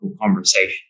conversation